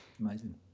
Amazing